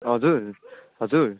हजुर हजुर